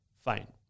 fine